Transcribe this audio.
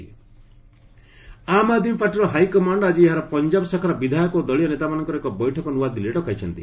Punjab AAP MLA Aam Aadmi ପାର୍ଟିର high command ଆଜି ଏହାର ପଞ୍ଜାବ୍ ଶାଖାର ବିଧାୟକ ଓ ଦକୀୟ ନେତାମାନଙ୍କର ଏକ ବୈଠକ ନୂଆଦିଲ୍ଲୀରେ ଡକାଇଛନ୍ତି